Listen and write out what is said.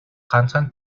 ганцхан